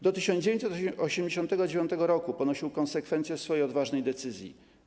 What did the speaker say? Do 1989 r. ponosił konsekwencje swojej odważnej decyzji.